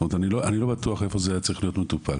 זאת אומרת אני לא בטוח איפה זה צריך להיות מטופל.